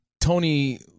Tony